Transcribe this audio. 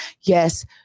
yes